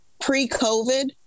pre-COVID